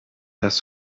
das